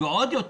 ועוד יותר,